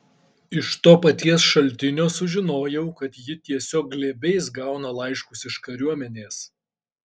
iš to paties šaltinio sužinojau kad ji tiesiog glėbiais gauna laiškus iš kariuomenės